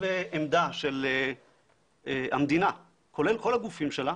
ועמדה של המדינה, כולל כל הגופים שלה,